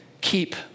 keep